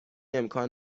امکان